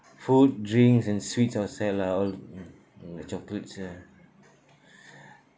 food drinks and sweets I'll say lah all m~ chocolates ya